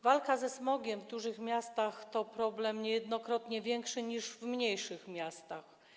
Walka ze smogiem w dużych miasta to problem niejednokrotnie większy niż w mniejszych miastach.